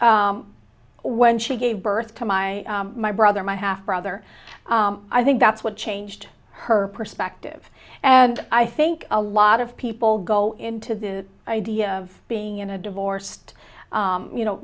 when she gave birth to my my brother my half brother i think that's what changed her perspective and i think a lot of people go into the idea of being in a divorced you know